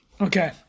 okay